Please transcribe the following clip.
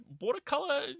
watercolor